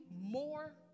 more